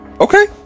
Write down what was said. okay